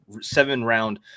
seven-round